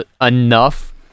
enough